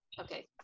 okay